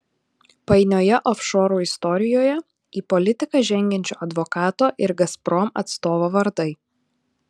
painioje ofšorų istorijoje į politiką žengiančio advokato ir gazprom atstovo vardai